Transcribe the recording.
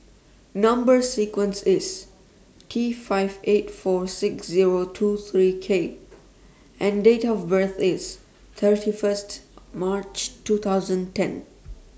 Number sequence IS T five eight four six Zero two three K and Date of birth IS thirty First March two thousand ten